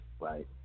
right